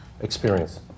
experience